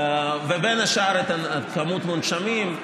בין השאר את כמות המונשמים,